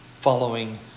following